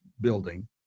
building